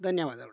ಧನ್ಯವಾದಗಳು